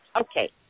Okay